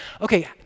okay